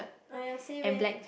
uh ya same eh